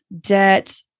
debt